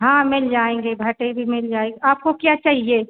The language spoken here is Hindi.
हाँ मिल जाएँगे भटेइ भी मिल जाए आपको क्या चाहिए